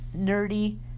nerdy